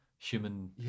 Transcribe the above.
human